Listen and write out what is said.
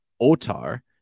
Otar